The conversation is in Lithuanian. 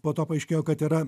po to paaiškėjo kad yra